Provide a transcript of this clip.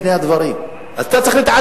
אז מה אתה רוצה?